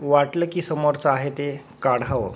वाटलं की समोरचं आहे ते काढावं